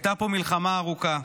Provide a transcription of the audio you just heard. הייתה פה מלחמה ארוכה,